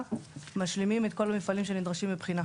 משלימים את כל המפעלים שנדרשים לבחינה.